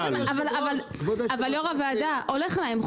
יושב-ראש הוועדה, הולך להם.